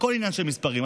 הכול עניין של מספרים.